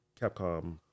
Capcom